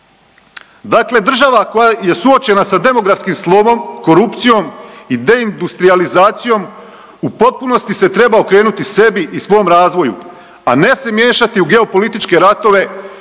Dakle, država koja je suočena sa demografskim slomom, korupcijom i deindustrijalizacijom u potpunosti se treba okrenuti sebi i svom razvoju, a ne se miješati u geopolitičke ratove